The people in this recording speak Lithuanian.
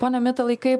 pone mitalai kaip